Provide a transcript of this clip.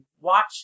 watch